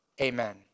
amen